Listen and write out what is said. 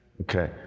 Okay